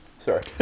Sorry